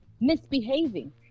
misbehaving